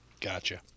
Gotcha